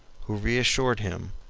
who reassured him,